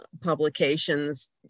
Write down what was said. publications